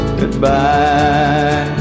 goodbye